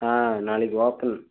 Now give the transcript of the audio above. ஆ நாளைக்கு வாங்கள்